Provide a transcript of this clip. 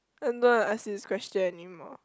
I don't want ask you this question anymore